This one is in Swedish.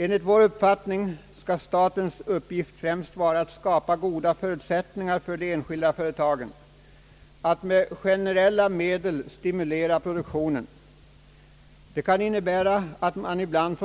Enligt vår uppfattning skall statens uppgift främst vara att skapa goda förutsättningar för de enskilda företagen och att med generella medel stimulera produktionen. Det kan innebära att staten ibland